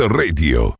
radio